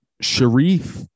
Sharif